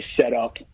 setup